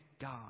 God